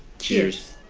cheers.